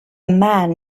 man